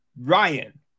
Ryan